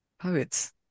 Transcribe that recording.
poets